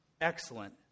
excellent